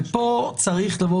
כאן צריך לבוא